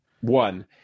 one